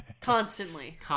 constantly